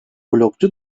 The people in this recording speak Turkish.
blogcu